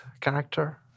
character